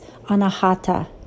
anahata